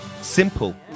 Simple